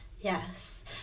Yes